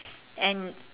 and